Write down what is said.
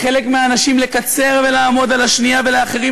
לחלק מהאנשים לקצר ולעמוד על השנייה ולאחרים